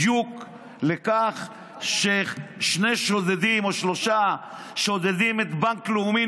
בדיוק לכך ששני שודדים או שלושה שודדים את בנק לאומי,